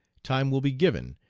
time will be given,